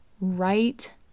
right